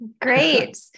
Great